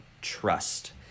trust